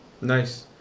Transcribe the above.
Nice